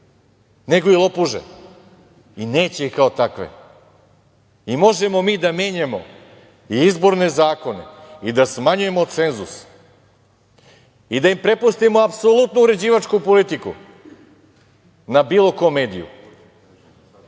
nego i lopuže i neće ih kao takve.I, možemo mi da menjamo i izborne zakone i da smanjujemo cenzus i da im prepustimo apsolutnu uređivačku politiku na bilo kom mediju,